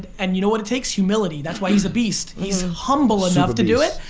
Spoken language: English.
and you know what it takes? humility, that's why he's a beast. he's humble enough to do it.